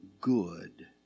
good